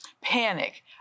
Panic